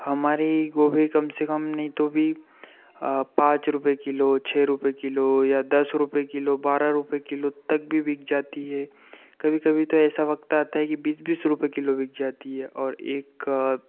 हमारी गोभी कम से कम नहीं तो भी पाँच रुपये कीलो छ रुपये कीलो या दस रुपये कीलो बारह रुपये किलो तक भी बिक जाती है कभी कभी तो ऐसा वक़्त आता है कि बीस बीस रुपये कीलो बिक जाती है और एक